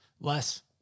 less